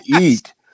eat